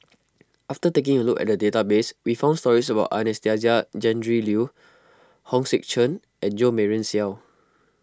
after taking a look at the database we found stories about Anastasia Tjendri Liew Hong Sek Chern and Jo Marion Seow